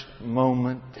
moment